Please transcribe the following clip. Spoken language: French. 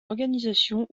organisations